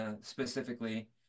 Specifically